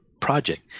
project